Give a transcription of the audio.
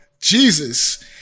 Jesus